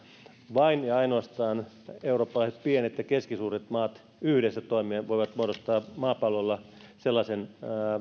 vain ja ainoastaan eurooppalaiset pienet ja keskisuuret maat yhdessä toimien voivat muodostaa maapallolla sellaisen